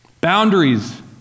boundaries